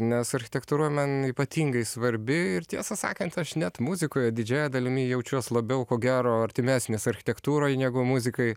nes architektūra man ypatingai svarbi ir tiesą sakant aš net muzikoje didžiąja dalimi jaučiuos labiau ko gero artimesnis architektūrai negu muzikai